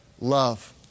love